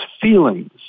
feelings